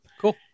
cool